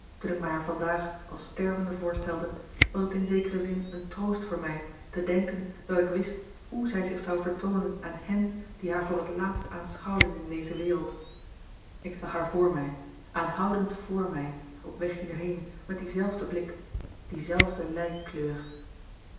toen ik mij haar vandaag als stervende voorstelde was het in zekeren zin een troost voor mij te denken dat ik wist hoe zij zich zou vertoonen aan hen die haar voor het laatst aanschouwden in deze wereld ik zag haar voor mij aanhoudend vr mij op weg hierheen met dien zelfden blik diezelfde lijkkleur